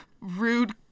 rude